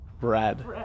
Brad